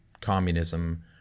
communism